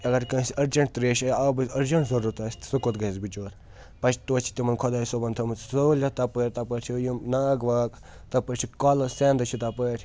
اَگر کٲنٛسہِ أرجنٛٹ تریشہِ آبٕچ أرجنٛٹ ضوٚرتھ آسہِ سُہ کوٚت گژھِ بِچور پَتہٕ تویتہِ چھِ تِمَن خۄداے صٲبَن تھٲومٕژ سہوٗلیت تَپٲرۍ تَپٲرۍ چھِ یِم ناگ واگ تَپٲرۍ چھِ کۄلہٕ سٮ۪نٛد چھِ تَپٲرۍ